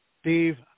Steve